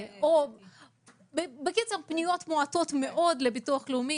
פניות מועטות לביטוח הלאומי.